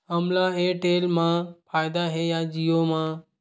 हमला एयरटेल मा फ़ायदा हे या जिओ मा?